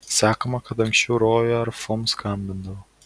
sakoma kad anksčiau rojuje arfom skambino